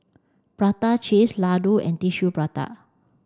prata cheese laddu and tissue prata